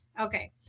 okay